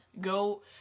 go